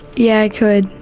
yeah i could,